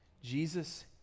Jesus